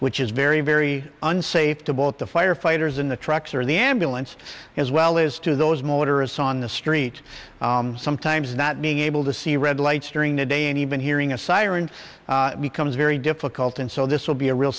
which is very very unsafe to both the firefighters in the trucks or the ambulance as well as to those motorists on the street sometimes not being able to see red lights during the day any been hearing a siren becomes very difficult and so this will be a real